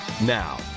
Now